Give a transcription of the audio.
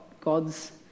God's